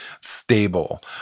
stable